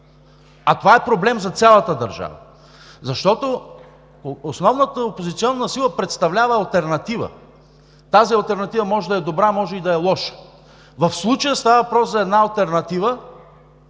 а това е проблем за цялата държава! Защото основната опозиционна сила представлява алтернатива – тази алтернатива може да е добра, може и да е лоша. В случая става въпрос за алтернатива,